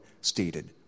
stated